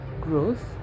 growth